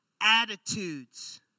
attitudes